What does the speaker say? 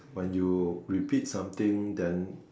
when you repeat something then